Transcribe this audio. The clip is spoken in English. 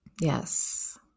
Yes